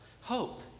hope